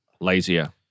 lazier